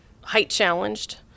height-challenged